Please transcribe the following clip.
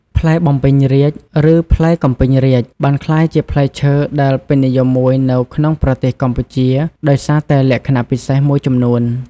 ផ្លែបំពេញរាជ្យ ឬផ្លែកំពីងរាជ បានក្លាយជាផ្លែឈើដែលពេញនិយមមួយនៅក្នុងប្រទេសកម្ពុជាដោយសារតែលក្ខណៈពិសេសមួយចំនួន។